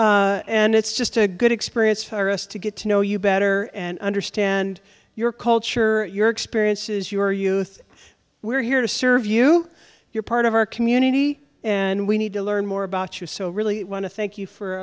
out and it's just a good experience for us to get to know you better understand your culture your experiences your youth we're here to serve you you're part of our community and we need to learn more about you so really want to thank you for